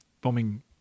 bombing